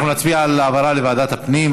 אנחנו נצביע על העברה לוועדת הפנים.